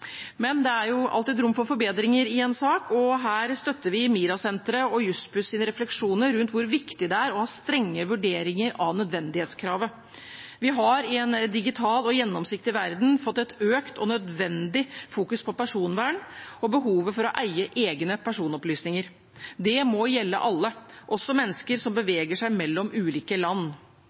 Men det er alltid rom for forbedringer i en sak, og her støtter vi MiRA-senterets og Jussbuss’ refleksjoner rundt hvor viktig det er å ha strenge vurderinger av nødvendighetskravet. Vi har i en digital og gjennomsiktig verden fått økt og nødvendig oppmerksomhet på personvern og behovet for å eie egne personopplysninger. Det må gjelde alle, også mennesker som beveger seg mellom ulike land.